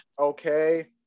Okay